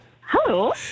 Hello